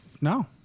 no